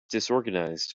disorganized